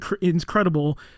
incredible